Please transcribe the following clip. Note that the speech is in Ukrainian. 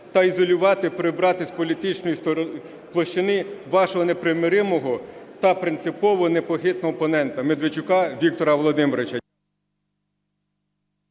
та ізолювати, прибрати з політичної площини вашого непримиримого та принципово непохитного опонента Медведчука Віктора Володимировича.